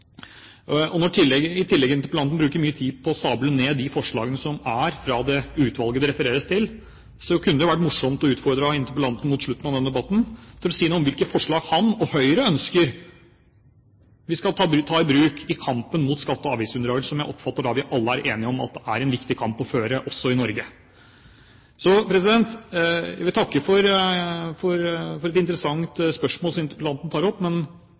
Når interpellanten i tillegg bruker mye tid på å sable ned de forslagene som har kommet fra det utvalget som det refereres til, kunne det være morsomt å utfordre interpellanten mot slutten av denne debatten til å si noe om hvilke forslag han og Høyre ønsker at vi skal ta i bruk i kampen mot skatte- og avgiftsunndragelser, som jeg oppfatter at alle er enige om er en viktig kamp å føre også i Norge. Jeg vil takke for en interessant interpellasjon, men jeg vil si at jeg har noen utfordringer til interpellanten